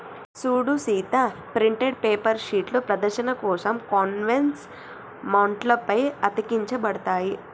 సూడు Sita printed paper షీట్లు ప్రదర్శన కోసం కాన్వాస్ మౌంట్ల పై అతికించబడతాయి